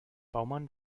baumann